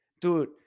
Dude